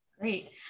great